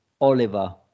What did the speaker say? Oliver